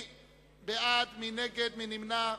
69 בעד, 48 נגד, אחד נמנע.